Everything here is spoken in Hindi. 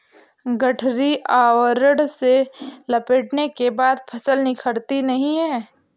गठरी आवरण से लपेटने के बाद फसल बिखरती नहीं है